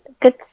Good